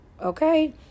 okay